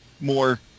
more